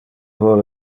vole